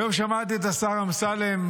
היום שמעתי את השר אמסלם,